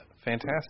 Fantastic